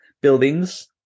buildings